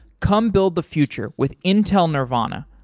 come build the future with intel nervana.